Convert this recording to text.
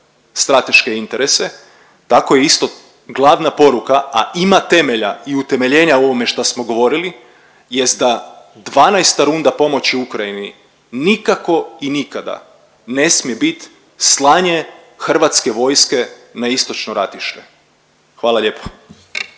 strateške interese, tako isto glavna poruka, a ima temelja i utemeljenja u ovome šta smo govorili, jest da 12. runda pomoći Ukrajini nikako i nikada ne smije bit slanje hrvatske vojske na istočno ratište. Hvala lijepo.